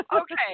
Okay